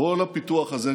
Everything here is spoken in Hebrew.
כל הפיתוח הזה,